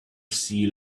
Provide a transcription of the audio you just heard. sea